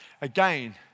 Again